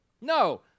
No